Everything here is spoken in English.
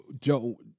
Joe